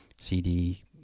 CD